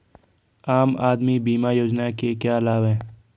आम आदमी बीमा योजना के क्या लाभ हैं?